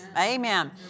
Amen